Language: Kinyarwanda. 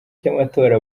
cy’amatora